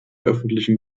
öffentlichen